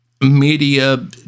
media